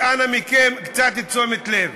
אז אנא מכם, קצת תשומת לב.